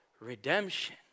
redemption